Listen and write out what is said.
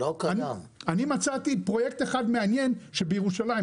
אני מצאתי פרויקט אחד מעניין בירושלים.